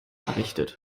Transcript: errichtet